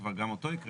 שגם אותו הקראנו,